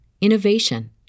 innovation